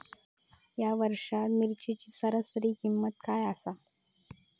या वर्षात मिरचीची सरासरी किंमत काय आसा?